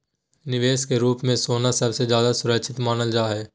निवेश के रूप मे सोना सबसे ज्यादा सुरक्षित मानल जा हय